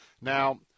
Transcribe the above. Now